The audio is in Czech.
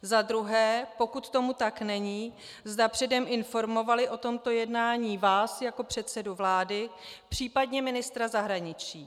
Za druhé, pokud tomu tak není, zda předem informovali o tomto jednání vás jako předsedu vlády, případně ministra zahraničí.